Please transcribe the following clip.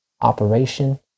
operation